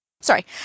Sorry